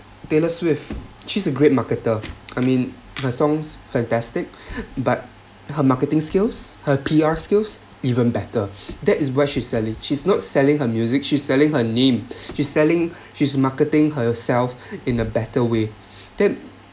taylor swift she's a great marketer I mean her songs fantastic but her marketing skills her P_R skills even better that is why she selling she's not selling her music she's selling her name she's selling she's marketing herself in a better way then